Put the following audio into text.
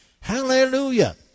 Hallelujah